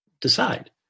decide